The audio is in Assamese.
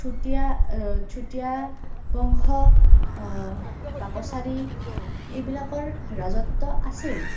চুতীয়া চুতীয়া বংশ বা কছাৰী এইবিলাকৰ ৰাজত্ব আছিল